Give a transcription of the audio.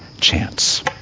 chance